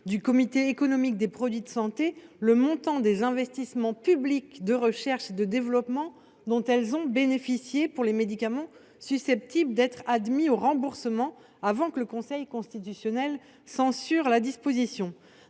du Comité économique des produits de santé (CEPS) le montant des investissements publics de R&D dont elles ont bénéficié pour les médicaments susceptibles d’être admis au remboursement, avant que le Conseil constitutionnel ne censure la disposition.